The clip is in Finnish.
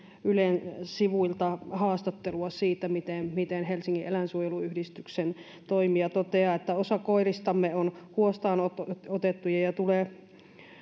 ylen sivuilta haastattelua siitä miten miten helsingin eläinsuojeluyhdistyksen toimija toteaa osa koiristamme on huostaanotettuja ja tulee